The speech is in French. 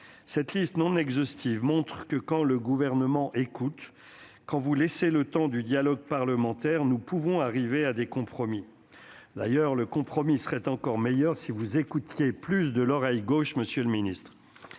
cette liste non exhaustive montre que, quand le Gouvernement écoute, quand vous laissez le temps au dialogue parlementaire, nous pouvons arriver à des compromis. D'ailleurs, le compromis serait encore meilleur si vous écoutiez plus de l'oreille gauche. Cependant,